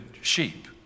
sheep